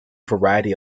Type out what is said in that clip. variety